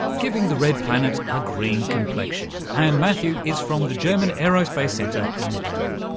giving the red planet a green complexion. and matthew is from the german aerospace centre in bremen.